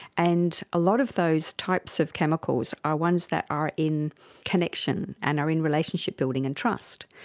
and a lot of those types of chemicals are ones that are in connection and are in relationship-building and trust.